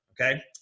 Okay